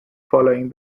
following